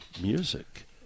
music